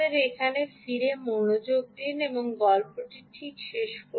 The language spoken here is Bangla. এখানে ফিরে মনোযোগ দিন এবং গল্পটি ঠিক শেষ করুন